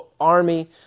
army